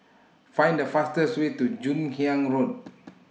Find The fastest Way to Joon Hiang Road